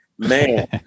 Man